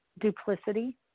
duplicity